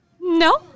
No